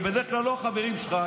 זה בדרך כלל לא החברים שלך,